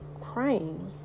crying